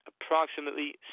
approximately